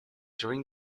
during